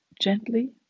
gently